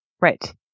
Right